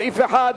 קבוצת סיעת חד"ש,